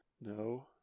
No